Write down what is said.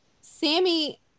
Sammy